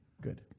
Good